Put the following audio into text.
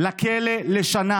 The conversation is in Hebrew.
לכלא לשנה.